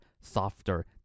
softer